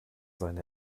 seine